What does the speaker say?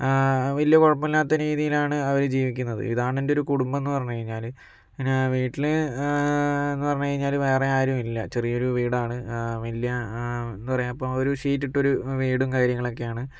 വലിയ കുഴപ്പമില്ലാത്ത രീതിയിലാണ് അവര് ജീവിക്കുന്നത് ഇതാണ് എന്റെയൊരു കുടുംബമെന്ന് പറഞ്ഞുകഴിഞ്ഞാൽ പിന്നെ വീട്ടിലെന്ന് പറഞ്ഞു കഴിഞ്ഞാൽ വേറെ ആരുമില്ല ചെറിയൊരു വീടാണ് വലിയ എന്താ പറയുക ഇപ്പോൾ ഒരു ഷീറ്റിട്ട വീടും കാര്യങ്ങളൊക്കെയാണ്